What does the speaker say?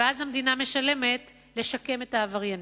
ואז המדינה משלמת כדי לשקם את העבריינים.